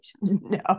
No